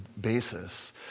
basis